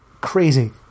crazy